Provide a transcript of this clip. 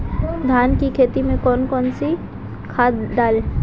धान की खेती में कौन कौन सी खाद डालें?